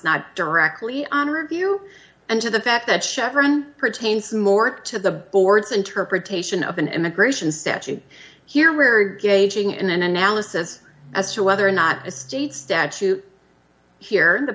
not directly on review and to the fact that chevron pertains more to the board's interpretation of an immigration statute here or gauging in an analysis as to whether or not a state statute here